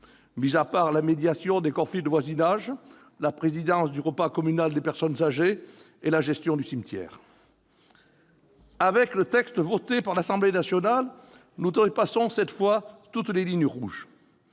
mis à part la médiation des conflits de voisinage, la présidence du repas communal des personnes âgées et la gestion du cimetière ! Avec le texte adopté par l'Assemblée nationale, nous dépassons cette fois toutes les lignes rouges.